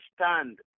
stand